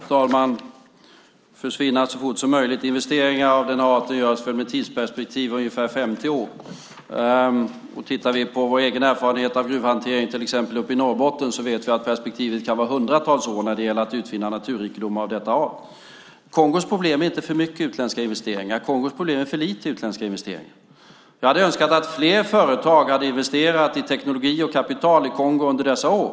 Fru talman! De vill försvinna så fort som möjligt, säger Peter Hultqvist. Investeringar av den arten görs ju med ett tidsperspektiv om ungefär 50 år. Med vår egen erfarenhet av gruvhantering till exempel uppe i Norrbotten vet vi att perspektivet kan vara hundratals år när det gäller att utvinna naturrikedomar av denna art. Kongos problem är inte för mycket utländska investeringar. Kongos problem är för lite utländska investeringar. Jag hade önskat att fler företag hade investerat i teknologi och kapital i Kongo under dessa år.